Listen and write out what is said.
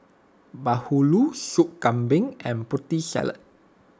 Bahulu Soup Kambing and Putri Salad